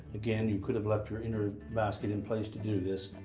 again, you could have left your inner basket in place to do this,